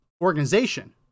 organization